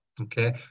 okay